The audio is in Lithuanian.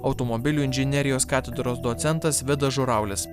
automobilių inžinerijos katedros docentas vidas žuraulis